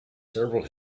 several